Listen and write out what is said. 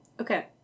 Okay